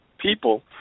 people